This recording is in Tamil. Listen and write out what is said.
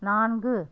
நான்கு